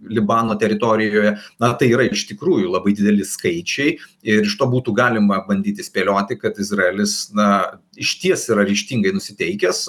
libano teritorijoje na tai yra iš tikrųjų labai dideli skaičiai ir iš to būtų galima bandyti spėlioti kad izraelis na išties yra ryžtingai nusiteikęs